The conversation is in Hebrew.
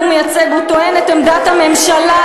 הוא טוען את עמדת הממשלה,